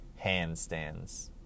handstands